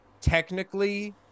technically